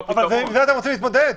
אבל עם זה אתם רוצים להתמודד.